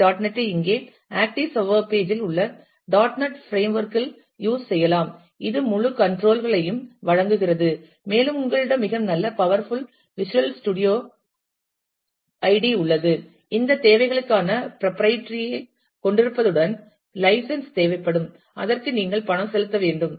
B dot net ASP dot netஐ இங்கே active server page இல் உள்ள dot net framework dot net frameworks இல் யூஸ் செய்யலாம் இது முழு கன்ட்ரோல் களையும் வழங்குகிறது மேலும் உங்களிடம் மிக நல்ல பவர்ஃபுல் விஷுவல் ஸ்டுடியோவைப் ஐடி உள்ளது இந்த தேவைகளுக்கான பிராப்பிரைட்டறி கொண்டிருப்பதுடன் லைசன்ஸ் தேவைப்படும் அதற்கு நீங்கள் பணம் செலுத்த வேண்டும்